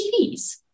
TVs